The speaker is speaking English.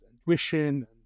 intuition